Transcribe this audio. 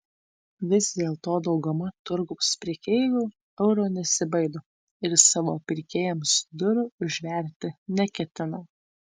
vis dėlto dauguma turgaus prekeivių euro nesibaido ir savo pirkėjams durų užverti neketina